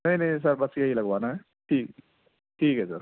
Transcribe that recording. نہیں نہیں سر بس یہی لگوانا ہے ٹھیک ٹھیک ہے سر